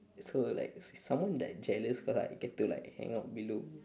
so like someone like jealous cause I get to like hang out below